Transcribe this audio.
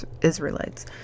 Israelites